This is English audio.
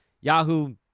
Yahoo